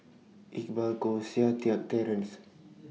Iqbal Koh Seng Kiat Terence